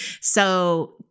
So-